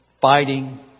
fighting